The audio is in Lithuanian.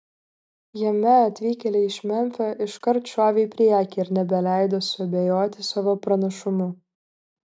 jame atvykėliai iš memfio iškart šovė į priekį ir nebeleido suabejoti savo pranašumu